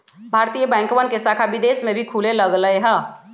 भारतीय बैंकवन के शाखा विदेश में भी खुले लग लय है